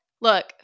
look